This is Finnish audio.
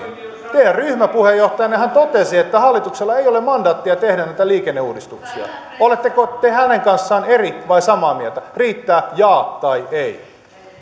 teidän ryhmäpuheenjohtajannehan totesi että hallituksella ei ole mandaattia tehdä näitä liikenneuudistuksia oletteko te hänen kanssaan eri vai samaa mieltä riittää jaa tai ei